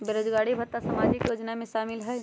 बेरोजगारी भत्ता सामाजिक योजना में शामिल ह ई?